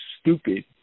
stupid